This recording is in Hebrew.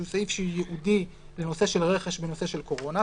שהוא סעיף שייעודי לנושא של רכש לנושא של קורונה,